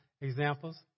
examples